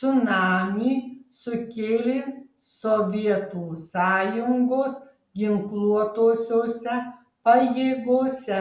cunamį sukėlė sovietų sąjungos ginkluotosiose pajėgose